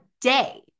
day